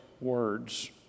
words